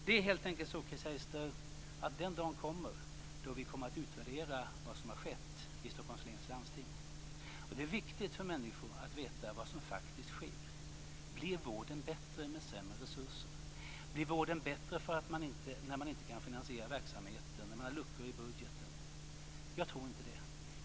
Det är helt enkelt så, Chris Heister, att den dagen kommer då vi kommer att utvärdera vad som har skett i Stockholms läns landsting. Det är viktigt för människor att veta vad som faktiskt sker. Blir vården bättre med sämre resurser? Blir vården bättre när man inte kan finansiera verksamheten, när man har luckor i budgeten? Jag tror inte det.